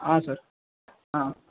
ಹಾಂ ಸರ್ ಹಾಂ